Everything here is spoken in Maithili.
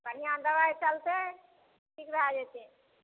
बढ़िआँ दवाइ चलतै ठीक भए जेतै